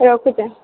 ରଖୁଛି